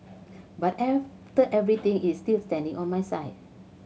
but after everything is still standing on my side